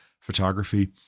photography